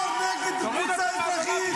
לא ניתן לדבר ככה.